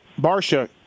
Barsha